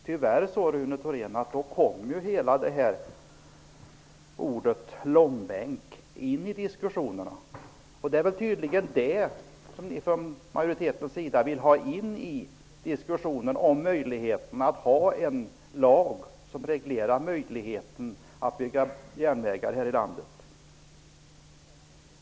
Tyvärr kom ju ordet långbänk in i diskussionerna då, och tydligen vill majoriteten åter ha in långbänken i diskussionen om en eventuell lag som reglerar möjligheten att bygga järnvägar i Sverige.